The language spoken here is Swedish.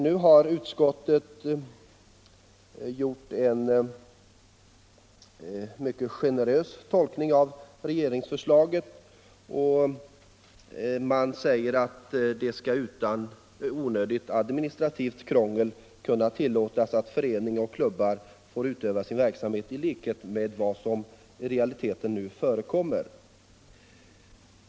Nu har utskottet gjort en mycket generös tolkning av regeringsförslaget. Utskottet säger att det skall utan onödigt administrativt krångel kunna tillåtas att föreningar och klubbar får utöva sin verksamhet i likhet med vad som i realiteten nu förekommer.